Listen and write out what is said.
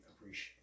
appreciate